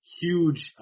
huge